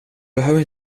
behöver